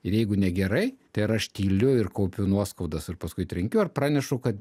ir jeigu negerai tai ar aš tyliu ir kaupiu nuoskaudas ir paskui trenkiu ar pranešu kad